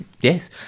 Yes